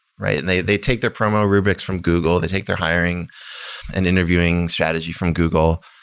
right? and they they take their promo rubrics from google, they take their hiring and interviewing strategy from google.